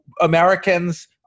Americans